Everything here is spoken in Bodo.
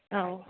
औ